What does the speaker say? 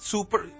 Super